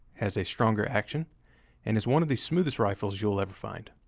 has a stronger action, and is one of the smoothest rifles you'll ever find.